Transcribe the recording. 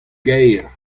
gaer